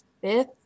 fifth